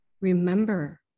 Remember